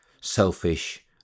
selfish